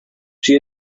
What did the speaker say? she